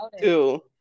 two